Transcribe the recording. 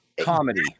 comedy